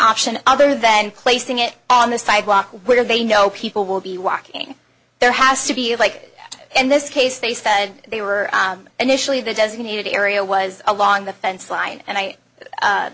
option other than placing it on the sidewalk where they know people will be walking there has to be a like that in this case they said they were initially the designated area was along the fence line and i